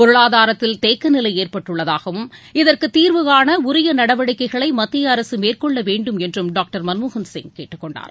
பொருளாதாரத்தில் தேக்க நிலை ஏற்பட்டுள்ளதாகவும் இதற்கு தீர்வு காண உரிய நடவடிக்கைகளை மத்திய அரசு மேற்கொள்ளவேண்டும் என்றும் டாக்டர் மன்மோகன் சிங் கேட்டுக்கொண்டார்